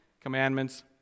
commandments